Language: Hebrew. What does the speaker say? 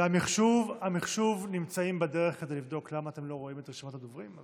המחשוב נמצאים בדרך כדי לבדוק למה אתם לא רואים את רשימת הדוברים.